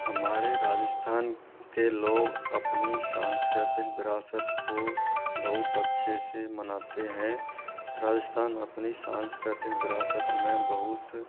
हमारे राजस्थान के लोग अपनी सांस्कृतिक विरासत को बहुत अच्छे से मनाते हैं राजस्थान अपनी सांस्कृतिक विरासत में बहुत